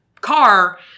car